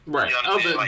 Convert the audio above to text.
Right